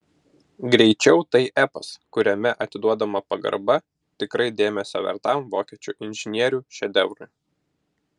greičiau tai epas kuriame atiduodama pagarba tikrai dėmesio vertam vokiečių inžinierių šedevrui